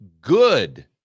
good